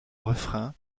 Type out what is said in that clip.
refrain